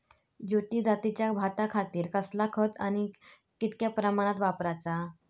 ज्योती जातीच्या भाताखातीर कसला खत आणि ता कितक्या प्रमाणात वापराचा?